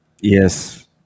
Yes